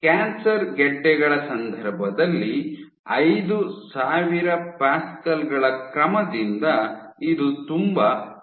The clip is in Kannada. ಕ್ಯಾನ್ಸರ್ ಗೆಡ್ಡೆಗಳ ಸಂದರ್ಭದಲ್ಲಿ ಐದು ಸಾವಿರ ಪ್ಯಾಸ್ಕಲ್ ಗಳ ಕ್ರಮದಿಂದ ಇದು ತುಂಬ ಹೆಚ್ಚಿರುತ್ತದೆ